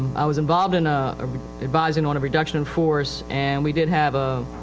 i was involved in ah ah advising on a reduction in force and we did have a,